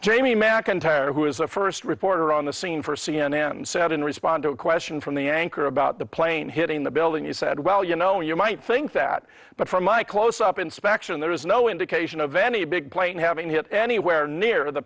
jamie mcintyre who is the first reporter on the scene for c n n said in response to a question from the anchor about the plane hitting the building he said well you know you might think that but from my close up inspection there is no indication of any big plane having hit anywhere near the